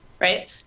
right